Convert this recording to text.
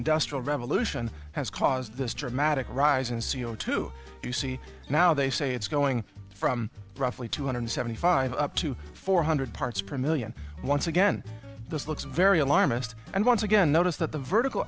industrial revolution has caused this dramatic rise in c o two you see now they say it's going from roughly two hundred seventy five up to four hundred parts per million once again this looks very alarmist and once again notice that the vertical